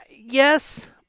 yes